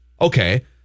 okay